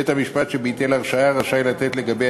בית-המשפט שביטל הרשעה רשאי לתת לגבי